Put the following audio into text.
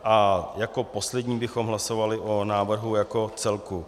A jako poslední bychom hlasovali o návrhu jako celku.